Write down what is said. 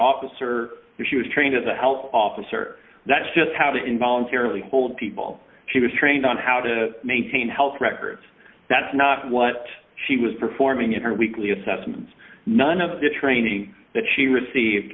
officer she was trained as a health officer that's just how the in voluntarily hold people she was trained on how to maintain health records that's not what she was performing in her weekly assessments none of the training that she received